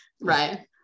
Right